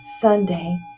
Sunday